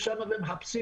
ושם מחפשים,